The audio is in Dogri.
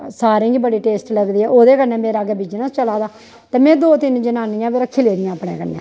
सारें गी बड़ी टेस्ट लगदी ऐ ओह्दे कन्नै मेरा अग्गें बिज़नेस चला दा ते में दो तिन्न जनानियां बी रखी लेदियां अपने कन्नै